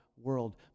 world